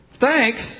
Thanks